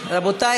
רבותי,